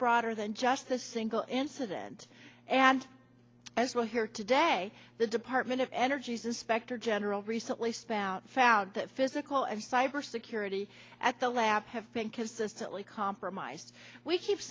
broader than just a single incident and as well here today the department of energy's inspector general recently spout found that physical and cyber security at the lab have been consistently compromised we keep